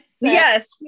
Yes